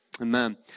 Amen